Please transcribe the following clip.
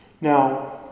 Now